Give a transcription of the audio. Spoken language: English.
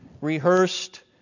rehearsed